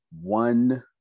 one